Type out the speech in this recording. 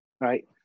right